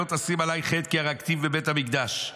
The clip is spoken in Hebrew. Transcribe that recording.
לא תשים עליי חטא כי הרגתיו בבית המקדש.